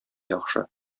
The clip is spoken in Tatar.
яхшы